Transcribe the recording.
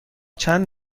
چند